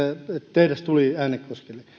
tehdas tuli äänekoskelle